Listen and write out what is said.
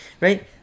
Right